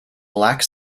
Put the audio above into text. black